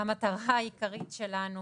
שהמטרה העיקרית שלנו